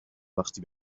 وقتی